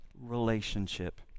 relationship